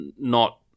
Not-